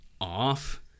off